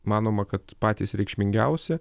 manoma kad patys reikšmingiausi